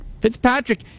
Fitzpatrick